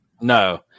No